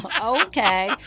Okay